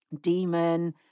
demon